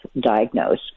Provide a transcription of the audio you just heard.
diagnose